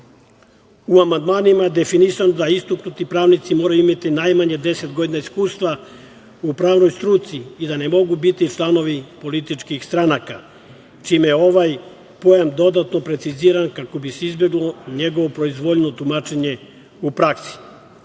amandmanima je definisano da istaknuti pravnici moraju imati najmanje 10 godina iskustva u pravnoj struci i da ne mogu biti članovi političkih stranaka, čime je ovaj pojam dodatno preciziran, kako bi se izbeglo njegovo proizvoljno tumačenje u praksi. Ova